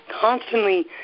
constantly